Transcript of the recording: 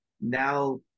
now